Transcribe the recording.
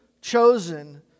chosen